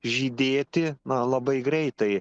žydėti na labai greitai